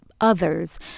others